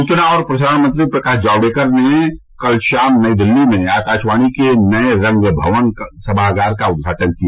सूचना और प्रसारण मंत्री प्रकाश जावड़ेकर ने कल शाम नई दिल्ली में आकाशवाणी के नये रंग भवन सभागार का उद्घाटन किया